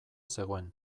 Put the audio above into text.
zegoen